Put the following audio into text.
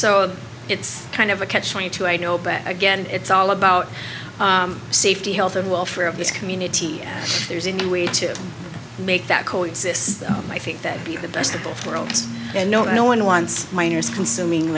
so it's kind of a catch twenty two i know but again it's all about safety health and welfare of this community there's a new way to make that co exist i think that be the best of both worlds and no one wants miners consuming